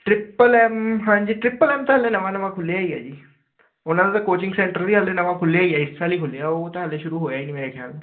triple M ਹਾਂਜੀ triple M ਤਾਂ ਹਜੇ ਨਵਾਂ ਨਵਾਂ ਈ ਖੁੱਲਿਆ ਐ ਜੀ ਉਹਨਾਂ ਦੇ ਕੋਚਿੰਗ ਸੈਂਟਰ ਵੀ ਨਵਾਂ ਖੁੱਲਿਆਂ ਈ ਆ ਇਸ ਸਾਲ ਈ ਖੁੱਲਿਆ ਉਹ ਤਾਂ ਹਜੇ ਸ਼ੁਰੂ ਹੋਇਆ ਈ ਨੀ ਮੇਰੇ ਖਿਆਲ ਨਾਲ